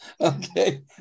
Okay